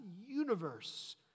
universe